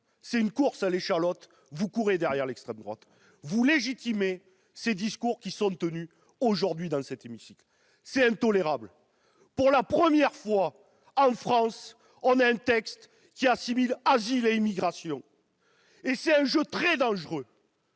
à une course à l'échalote. Vous courrez derrière l'extrême droite ! Vous légitimez les discours qui sont tenus, aujourd'hui, dans cet hémicycle ! C'est intolérable ! Pour la première fois, en France, un texte assimile asile et immigration. C'est un jeu très dangereux,